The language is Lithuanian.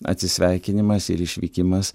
atsisveikinimas ir išvykimas